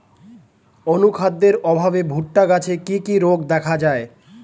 অনুখাদ্যের অভাবে ভুট্টা গাছে কি কি রোগ দেখা যায়?